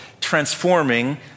transforming